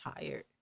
tired